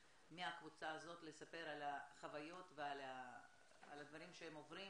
מהקבוצה הזאת לספר על החוויות ועל הדברים שהם עוברים